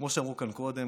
כמו שאמרו כאן קודם,